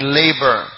labor